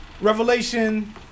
Revelation